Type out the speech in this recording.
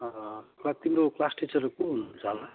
तिम्रो class teacher को हुनुहुन्छ होला